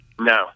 No